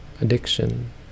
addiction